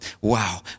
Wow